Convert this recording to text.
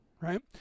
right